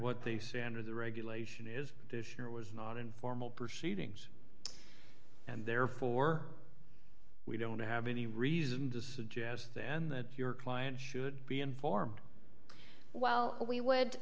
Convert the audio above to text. what they say under the regulation is to sure it was not in formal proceedings and therefore we don't have any reason to suggest then that your client should be informed well we would